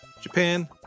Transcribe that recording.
Japan